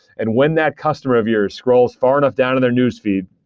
and when that customer of yours scrolls far enough down in there newsfeed,